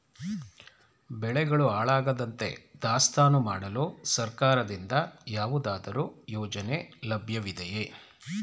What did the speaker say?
ಬೆಳೆಗಳು ಹಾಳಾಗದಂತೆ ದಾಸ್ತಾನು ಮಾಡಲು ಸರ್ಕಾರದಿಂದ ಯಾವುದಾದರು ಯೋಜನೆ ಲಭ್ಯವಿದೆಯೇ?